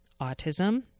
autism